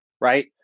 right